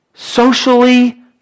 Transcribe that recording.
socially